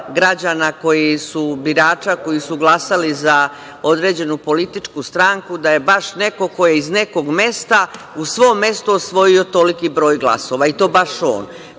građana, koji su glasali za određenu političku stranku, da je baš neko iz nekog mesta u svom mestu osvojio toliki broj glasova i to baš on.